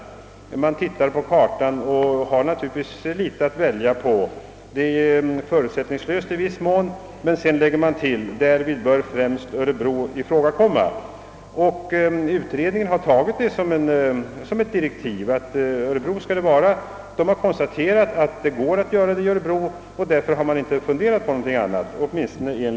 Man tittar på kartan och har naturligtvis litet att välja på. Valet skulle i och för sig kunna ske förutsättningslöst, om det inte sedan i direktiven tillades: »Därvid bör främst Örebro ifrågakomma». Utredningen har tagit detta som ett direktiv. Utredningen har konstaterat att det går att lokalisera institutet till Örebro, och därför har man inte funderat över något annat alternativ.